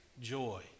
joy